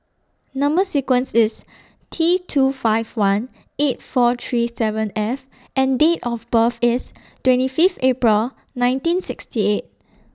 Number sequence IS T two five one eight four three seven F and Date of birth IS twenty Fifth April nineteen sixty eight